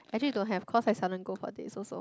actually don't have cause I seldom go for this also